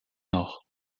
nord